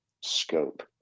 scope